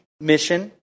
Mission